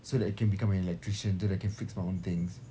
so that I can become an electrician so that I can fix my own things